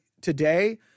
today